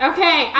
Okay